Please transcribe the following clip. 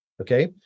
Okay